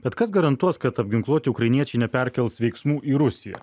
bet kas garantuos kad apginkluoti ukrainiečiai neperkels veiksmų į rusiją